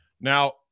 now